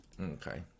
okay